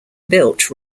built